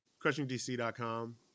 crushingdc.com